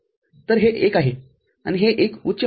तर हे १ आहे आणि हे १ उच्चआहे